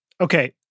Okay